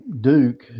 Duke